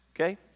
okay